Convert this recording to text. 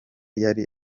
yari